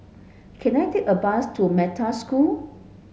can I take a bus to Metta School